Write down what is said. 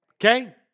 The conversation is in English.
Okay